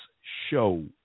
show